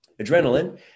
Adrenaline